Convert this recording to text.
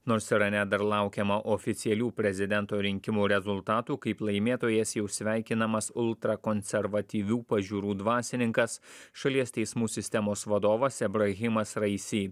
nors irane dar laukiama oficialių prezidento rinkimų rezultatų kaip laimėtojas jau sveikinamas ultra konservatyvių pažiūrų dvasininkas šalies teismų sistemos vadovas abrahimas raisi